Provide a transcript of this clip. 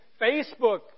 Facebook